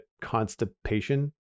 constipation